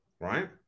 right